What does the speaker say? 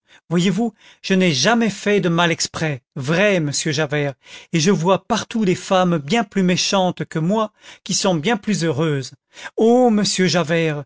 voyez-vous je n'ai jamais fait de mal exprès vrai monsieur javert et je vois partout des femmes bien plus méchantes que moi qui sont bien plus heureuses ô monsieur javert